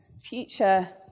future